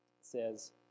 says